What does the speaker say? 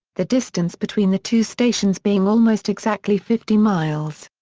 the distance between the two stations being almost exactly fifty miles.